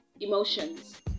emotions